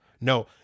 No